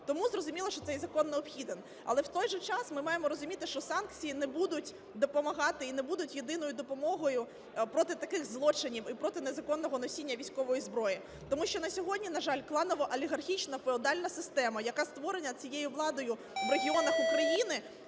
Тому зрозуміло, що цей закон необхідний. Але, у той же час ми маємо розуміти, що санкції не будуть допомагати і не будуть єдиною допомогою проти таких злочинів і проти незаконного носіння військової зброї. Тому що на сьогодні, на жаль, кланово-олігархічна феодальна система, яка створена цією владою у регіонах України,